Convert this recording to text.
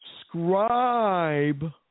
scribe